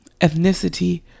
ethnicity